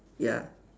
ya